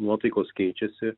nuotaikos keičiasi